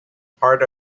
part